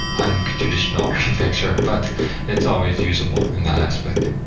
untraditional architecture, but it's always usable in that aspect.